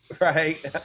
right